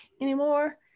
anymore